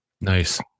nice